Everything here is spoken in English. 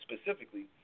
specifically